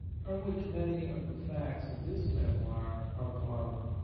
from which many of the facts of this memoir are borrowed.